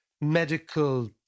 medical